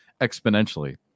exponentially